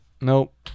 Nope